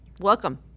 welcome